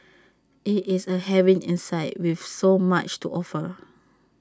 IT is A haven inside with so much to offer